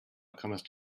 comest